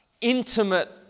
intimate